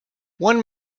one